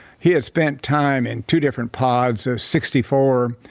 he has spent time in two different pods of sixty four.